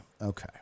Okay